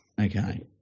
Okay